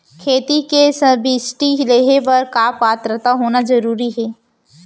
खेती के सब्सिडी लेहे बर का पात्रता होना जरूरी हे?